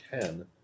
ten –